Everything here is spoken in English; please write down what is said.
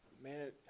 man